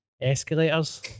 escalators